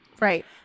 Right